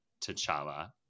T'Challa